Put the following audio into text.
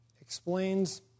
explains